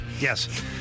yes